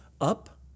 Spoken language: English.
up